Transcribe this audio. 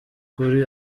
kuri